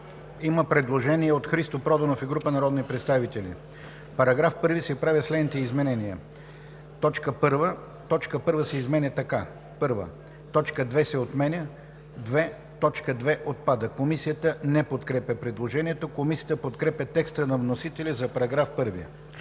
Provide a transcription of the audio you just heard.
представител Христо Проданов и група народни представители: В § 1 се правят следните изменения: „1. точка 1 се изменя така: „1. точка 2 се отменя.“ 2. точка 2 отпада.“ Комисията не подкрепя предложението. Комисията подкрепя текста на вносителя за § 1.